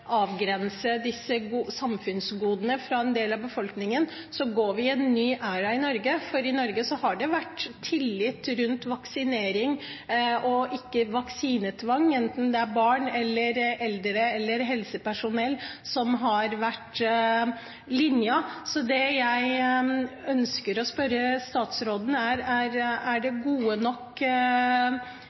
fra en del av befolkningen, inn i en ny æra for Norge, for i Norge har det vært tillit rundt vaksinering og ikke vaksinetvang, enten det er barn, eldre eller helsepersonell som har vært linja. Vi kjenner jo ikke de faglige tilrådingene regjeringen har fått fra FHI angående koronapass, men jeg håper at det er gjort gode